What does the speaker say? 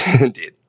Indeed